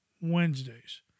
wednesdays